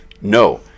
no